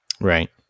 Right